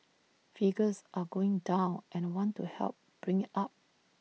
figures are going down and I want to help bring IT up